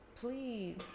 Please